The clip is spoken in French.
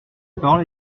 parole